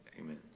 Amen